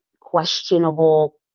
questionable